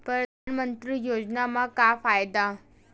परधानमंतरी योजना म का फायदा?